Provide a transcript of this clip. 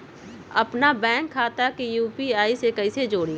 अपना बैंक खाता के यू.पी.आई से कईसे जोड़ी?